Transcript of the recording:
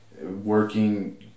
working